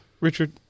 Richard